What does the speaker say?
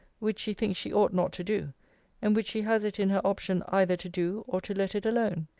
which she thinks she ought not to do and which she has it in her option either to do, or to let it alone.